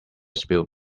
spilt